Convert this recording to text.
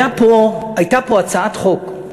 הייתה פה הצעת חוק,